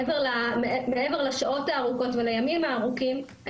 מעבר לשעות הארוכות ולימים הארוכים,